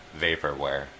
Vaporware